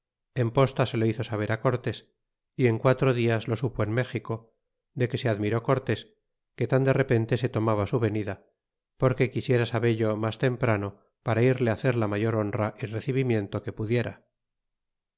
en posta se lo hizo saber cortés y en quatro dias lo supo en me xico de que se admiró cortés que tan de repente le tomaba su venida porque quisiera sabello mas temprano para irle hacer la mayor honra y recibimiento que pudiera